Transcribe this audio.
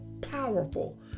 powerful